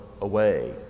away